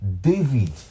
David